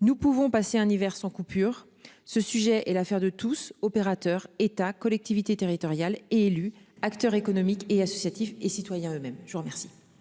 Nous pouvons passer un hiver sans coupure. Ce sujet est l'affaire de tous, opérateurs, État, collectivités territoriales, élus, acteurs économiques et associatifs et citoyens eux-mêmes je vous remercie.